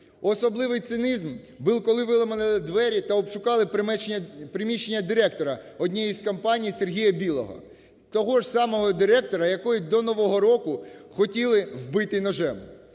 Особливий цинізм був, коли виламали двері та обшукали приміщення директора однієї з компаній Сергія Білого, того ж самого директора, якого до нового року хотіли вбити ножем.